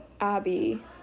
Abby